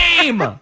game